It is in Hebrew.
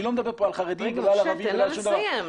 אני לא מדבר פה לא על חרדים ולא על ערבים ולא על שום דבר,